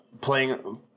playing